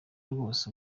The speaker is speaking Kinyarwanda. rwose